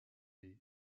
paix